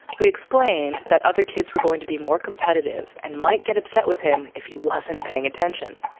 we explained that other kids were going to be more competitive and might get upset with him if he wasn't paying attention.